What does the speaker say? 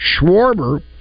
Schwarber